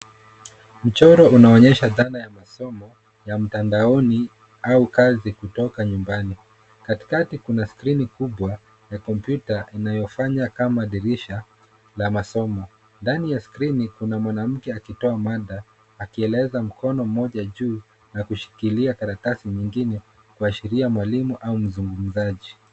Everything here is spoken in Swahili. Mchoro unaonyesha dhana ya masomo ya mtandaoni au kazi kutoka nyumbani. Katikati kuna skrini kubwa ya kompyuta inayofanya kama dirisha la masomo. Ndani ya skrini kuna mwanamke akitoa mada akieleza mkono mmoja juu na kushikilia karatasi nyingine, kuashiria mwalimu au mzungumzaji.